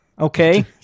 Okay